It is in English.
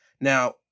Now